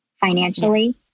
financially